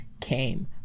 came